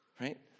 right